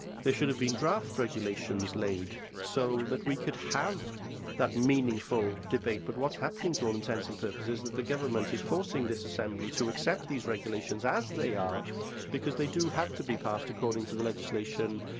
there should have been draft regulations laid so that we could have that meaningful debate. but what's happening, to all intents and purposes, is that the government is forcing this assembly to accept these regulations as they are because they do have to be passed, according to the legislation,